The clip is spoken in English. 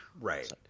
Right